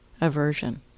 aversion